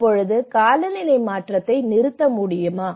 இப்போது காலநிலை மாற்றத்தை நிறுத்த முடியுமா